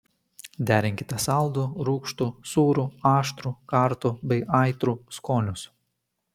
derinkite saldų rūgštų sūrų aštrų kartų bei aitrų skonius